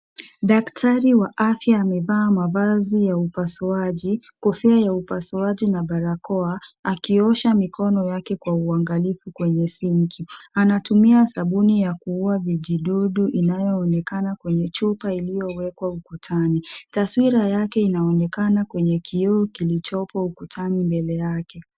Daktari wa afya amevaa mavazi ya upasuaji, kofia ya upasuaji na barakoa akiosha mikono yake kwa uangalifu kwenye sink .Anatumia sabuni ya kuuwa vijidudu inayoonekana kwenye chupa iliyowekwa ukutani. Taswira yake inaonekana kwenye kioo kilichopo ukutani mbele yake.